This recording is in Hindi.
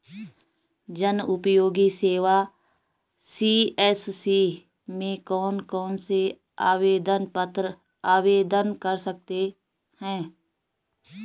जनउपयोगी सेवा सी.एस.सी में कौन कौनसे आवेदन पत्र आवेदन कर सकते हैं?